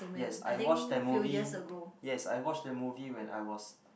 yes I watch that movie yes I watch the movie when I was